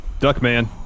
Duckman